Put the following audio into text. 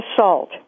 assault